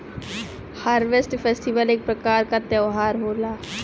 harvest festival एक प्रकार क त्यौहार होला